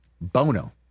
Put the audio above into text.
Bono